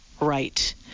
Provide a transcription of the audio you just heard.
right